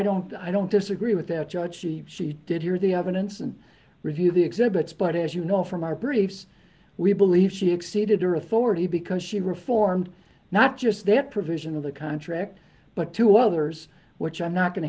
don't i don't disagree with that judge she did hear the evidence and review the exhibits but as you know from our briefs we believe she exceeded her authority because she reformed not just that provision of the contract but two others which i'm not going to